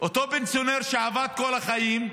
אותו פנסיונר, שעבד כל החיים,